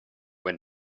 when